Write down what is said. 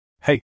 Hey